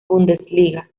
bundesliga